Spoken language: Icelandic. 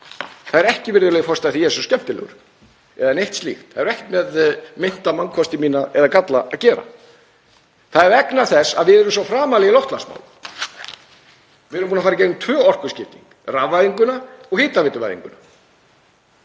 Það er ekki, virðulegur forseti, af því að ég er svo skemmtilegur eða neitt slíkt. Það hefur ekkert með meinta mannkosti mína eða galla að gera. Það er vegna þess að við erum svo framarlega í loftslagsmálum. Við erum búin að fara í gegnum tvö orkuskipti, rafvæðinguna og hitaveituvæðinguna.